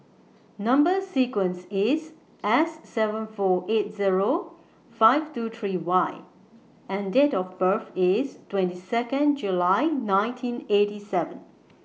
Number sequence IS S seven four eight Zero five two three Y and Date of birth IS twenty Second July nineteen eighty seven